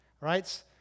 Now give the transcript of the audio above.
right